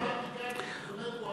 זאת אומרת,